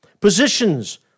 Positions